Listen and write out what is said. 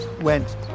went